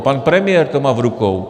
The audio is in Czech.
Pan premiér to má v rukou.